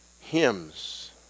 hymns